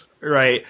Right